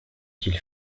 qu’il